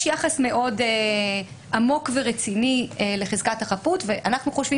יש יחס מאוד עמוק ורציני לחזקת החפות ואנחנו חושבים